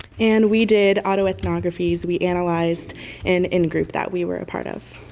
and we did autoethnographies. we analyzed an in-group that we were a part of.